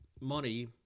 money